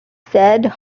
said